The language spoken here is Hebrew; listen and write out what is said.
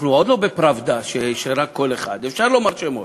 אנחנו עוד לא ב"פראבדה", אפשר לומר שמות.